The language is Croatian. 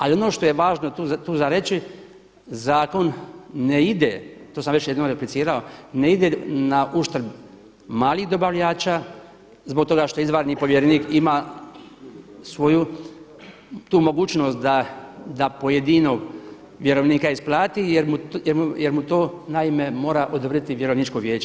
Ali ono što je važno tu za reći zakon ne ide, to sam već jednom replicirao, ne ide na uštrb malih dobavljača zbog toga što izabrani povjerenik ima svoju tu mogućnost da pojedinog vjerovnika isplati jer mu to naime mora odobriti Vjerovničko vijeće.